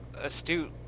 astute